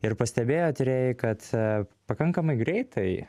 ir pastebėjo tyrėjai kad pakankamai greitai